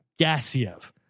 Gassiev